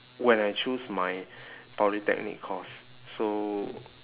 when I choose my polytechnic course so